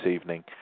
evening